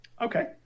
Okay